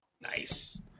Nice